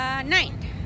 nine